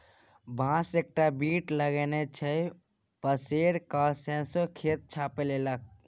बांस एकटा बीट लगेने छै पसैर कए सौंसे खेत छापि लेलकै